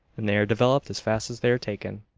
and they are developed as fast as they are taken.